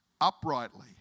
uprightly